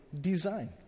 design